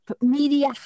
media